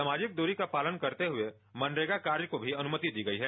सामाजिक दूरी का पालन करते हुए मनरेगा कार्य को भी अनुमति दी गई है